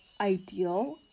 ideal